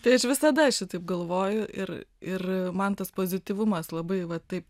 tai aš visada šitaip galvoju ir ir man tas pozityvumas labai va taip